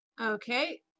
Okay